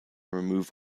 remove